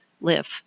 live